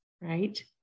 right